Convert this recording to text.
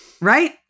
Right